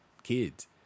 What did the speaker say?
kids